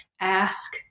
ask